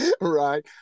right